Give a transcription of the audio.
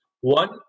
One